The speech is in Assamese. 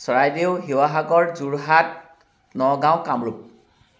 চৰাইদেউ শিৱসাগৰ যোৰহাট নগাঁও কামৰূপ